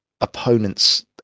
opponents